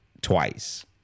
twice